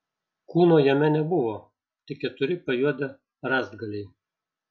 kūno jame nebuvo tik keturi pajuodę rąstgaliai